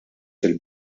fil